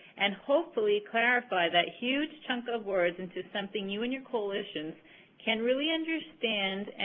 and hopefully clarify that huge chunk of words into something you and your coalitions can really understand,